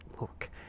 Look